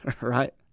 right